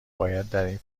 فضای